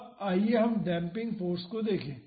अब आइए हम डेम्पिंग फाॅर्स को देखें